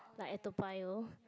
like at Toa Payoh